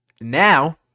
now